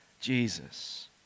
Jesus